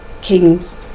King's